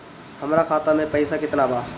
हमरा खाता में पइसा केतना बा?